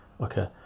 okay